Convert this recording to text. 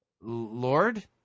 Lord